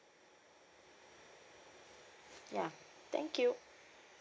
ya thank you